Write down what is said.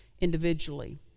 individually